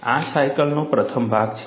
આ સાયકલનો પ્રથમ ભાગ છે